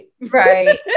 Right